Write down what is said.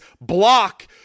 block